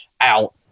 out